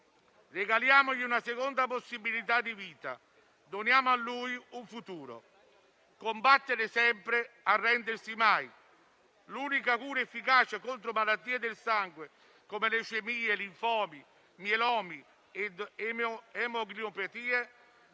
regaliamogli una seconda possibilità di vita, doniamo a lui un futuro. Combattere sempre, arrendersi mai. L'unica cura efficace contro malattie del sangue, come leucemie, linfomi, mielomi ed emoglobinopatie,